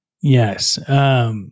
Yes